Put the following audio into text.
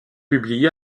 publié